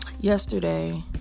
yesterday